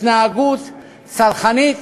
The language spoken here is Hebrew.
התנהגות צרכנית,